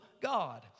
God